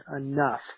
enough